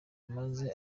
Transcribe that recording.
maze